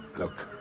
look,